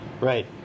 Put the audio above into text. Right